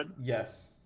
yes